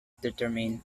determine